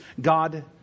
God